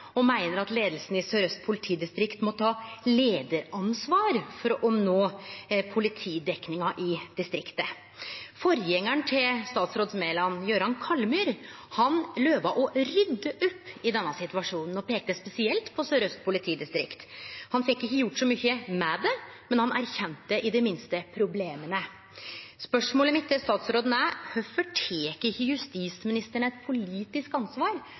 og meiner at leiinga i Sør-Aust politidistrikt må ta leiaransvar for å nå politidekninga i distriktet. Forgjengaren til statsråd Mæland, Jøran Kallmyr, lova å rydde opp i denne situasjonen og peikte spesielt på Sør-Aust politidistrikt. Han fekk ikkje gjort så mykje med det, men han erkjende i det minste problema. Spørsmålet mitt til statsråden er: Kvifor tek ikkje justisministeren eit politisk ansvar